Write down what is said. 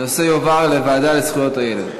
ההצעה להעביר את הנושא לוועדה לזכויות הילד נתקבלה.